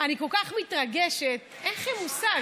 אני כל כך מתרגשת, אין לכם מושג.